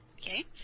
Okay